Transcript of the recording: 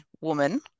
woman